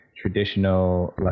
traditional